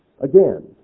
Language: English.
again